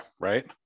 right